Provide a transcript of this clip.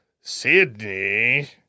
Sydney